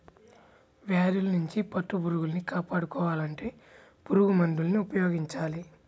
వ్యాధుల్నించి పట్టుపురుగుల్ని కాపాడుకోవాలంటే పురుగుమందుల్ని ఉపయోగించాల